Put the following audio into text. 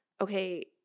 Okay